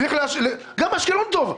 וגם באשקלון טוב.